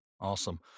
Awesome